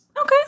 Okay